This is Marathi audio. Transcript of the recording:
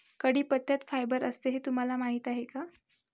कढीपत्त्यात फायबर असते हे तुम्हाला माहीत आहे का?